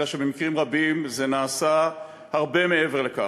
אלא שבמקרים רבים זה נעשה הרבה מעבר לכך.